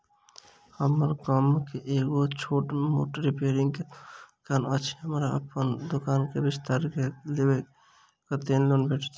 हम्मर गाम मे एगो छोट मोट रिपेयरिंग केँ दुकान अछि, हमरा अप्पन दुकान केँ विस्तार कऽ लेल कत्तेक लोन भेट सकइय?